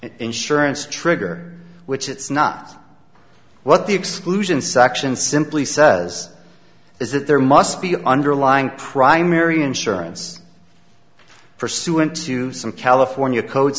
insurance trigger which it's not what the exclusion section simply says is that there must be an underlying primary insurance pursuant to some california co